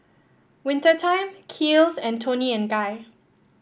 Winter Time Kiehl's and Toni and Guy